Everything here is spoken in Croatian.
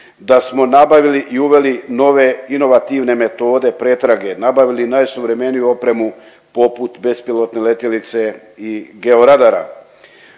da smo nabavili i uveli nove inovativne metode pretrage, nabavili najsuvremeniju opremu poput bespilotne letjelice i georadara,